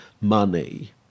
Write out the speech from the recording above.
money